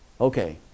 Okay